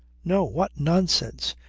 no! what nonsense!